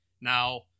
now